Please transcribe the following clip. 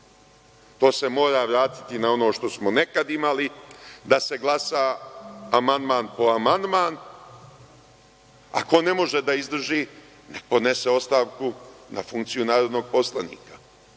To se mora vratiti na ono što smo nekada imali, da se glasa amandman po amandman, a ko ne može da izdrži neka podnese ostavku na funkciju narodnog poslanika.